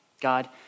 God